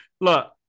Look